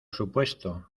supuesto